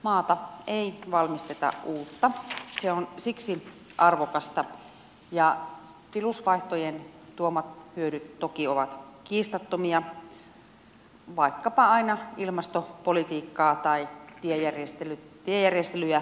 maata ei valmisteta uutta se on siksi arvokasta ja tilusvaihtojen tuomat hyödyt toki ovat kiistattomia vaikkapa aina ilmastopolitiikkaa tai tiejärjestelyjä myöten